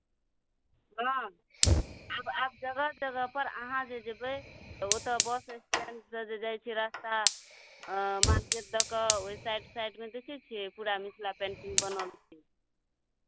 हँ आब आब जगह जगहपर अहाँ जे जेबै तऽ ओतय बस स्टैण्डसँ जे जाइ छियै रास्ता मार्केट दऽ कऽ ओहि साइड साइडमे देखै छियै पूरा मिथिला पेन्टिङ्ग बनल छै